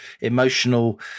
emotional